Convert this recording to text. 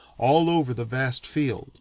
all over the vast field